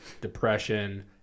depression